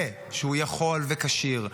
ושהוא יכול וכשיר,